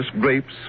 grapes